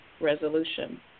resolution